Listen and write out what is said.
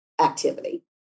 activity